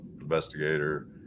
investigator